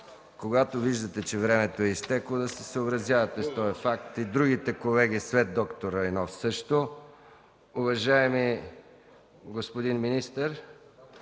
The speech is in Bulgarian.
когато виждате, че времето е изтекло, да се съобразявате с този факт. И другите колеги след д-р Райнов също. Уважаеми господин министър,